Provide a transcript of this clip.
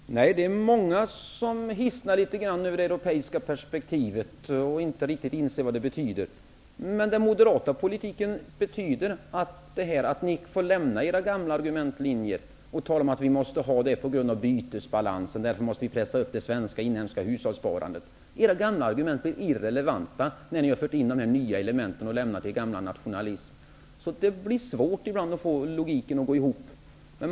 Fru talman! Nej, det är många som hissnar litet grand över det europeiska perspektivet och inte riktigt inser vad det betyder. För den moderata politiken betyder det att ni får lämna era gamla argumentlinjer, på tal om att vi måste göra detta på grund av bytesbalansen. Därför måste vi pressa upp det inhemska hushållssparandet. Era gamla argument blir irrelevanta när ni har fört in de nya elementen och lämnat er gamla nationalism. Det blir svårt ibland att få det att gå ihop logiskt.